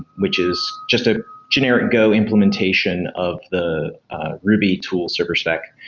which is just a generic go implementation of the ruby tool serverspec,